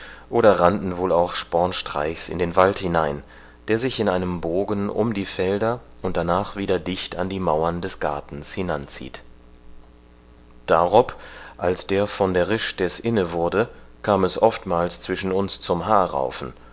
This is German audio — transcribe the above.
oder rannten wohl auch spornstreichs in den wald hinein der sich in einem bogen um die felder und danach wieder dicht an die mauern des gartens hinanzieht darob als der von der risch deß inne wurde kam es oftmals zwischen uns zum